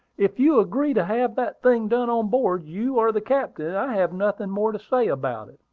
if you agree to have that thing done on board, you are the captain, and i have nothing more to say about it.